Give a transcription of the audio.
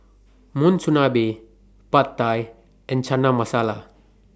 Monsunabe Pad Thai and Chana Masala